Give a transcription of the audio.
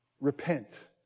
Repent